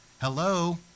Hello